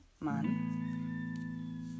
man